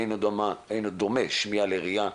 אין דומה שמיעה לראיה,